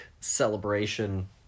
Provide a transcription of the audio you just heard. celebration